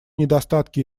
недостатки